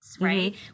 right